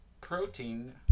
protein